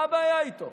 מה הבעיה איתו?